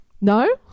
No